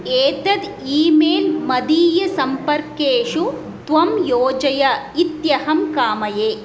एतद् email मदीयसम्पर्केषु त्वं योजय इत्यहं कामये